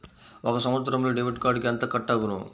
ఒక సంవత్సరంలో డెబిట్ కార్డుకు ఎంత కట్ అగును?